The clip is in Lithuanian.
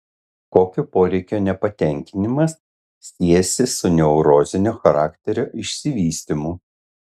kokio poreikio nepatenkinimas siejasi su neurozinio charakterio išsivystymu